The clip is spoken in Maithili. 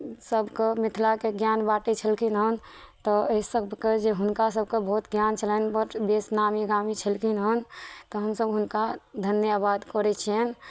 सभके मिथिलाके ज्ञान बाँटै छलखिन हन तऽ एहि सभके जे हुनका सभके बहुत ज्ञान छलैनि बड बेस नामी गामी छलखिन हन तऽ हमसभ हुनका धन्यवाद करै छियनि